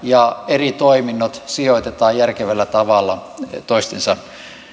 ja eri toiminnot sijoitetaan järkevällä tavalla toistensa